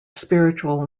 spiritual